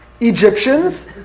Egyptians